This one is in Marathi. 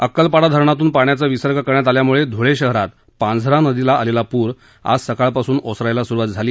अक्कलपाडा धरणातून पाण्याचा विसर्ग करण्यात आल्यामुळे ध्ळे शहरात पांझरा नदीला आलेला पूर आज सकाळ पासून ओसरायला सुरुवात झाली